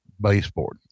baseboard